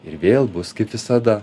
ir vėl bus kaip visada